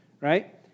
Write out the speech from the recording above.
right